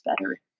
better